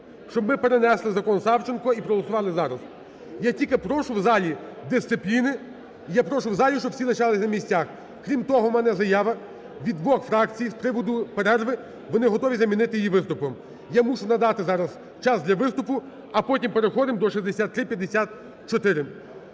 щоб ми перенесли закон Савченко і проголосували зараз. Я тільки прошу в залі дисципліни, я прошу в залі, щоб всі лишались на місцях. Крім того, в мене заява від двох фракцій з приводу перерви, вони готові замінити її виступом. Я мушу надати зараз час для виступу, а потім переходимо до 6354.